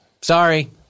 Sorry